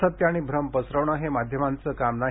असत्य आणि भ्रम पसरवणं हे माध्यमांचं काम नाही